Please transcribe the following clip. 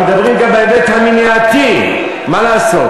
אנחנו מדברים גם בהיבט המניעתי, מה לעשות.